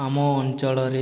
ଆମ ଅଞ୍ଚଳରେ